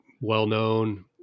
well-known